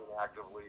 actively